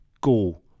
Go